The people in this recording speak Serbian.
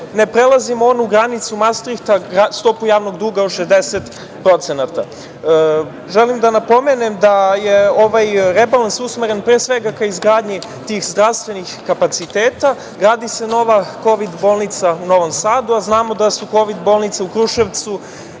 ne prelazimo onu granicu Mastrihta, stopu javnog duga od 60%.Želim da napomenem da je ovaj rebalans usmeren pre svega ka izgradnji tih zdravstvenih kapaciteta. Gradi se nova kovid bolnica u Novom Sadu, a znamo da su kovid bolnice u Kruševcu